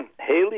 Haley